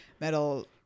metal